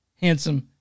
handsome